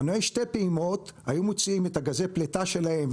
מנועי שתי פעימות היו מוציאים את גזי הפליטה שלהם,